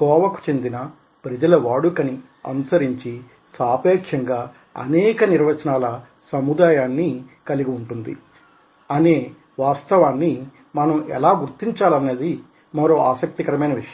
కోవకు చెందిన ప్రజల వాడుక ని అనుసరించి సాపేక్షంగా అనేక నిర్వచనాల సముదాయాన్ని కలిగి వుంటుంది అనే వాస్తవాన్ని మనం ఎలా గుర్తించాలనేది మరో ఆసక్తికరమైన విషయం